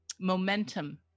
momentum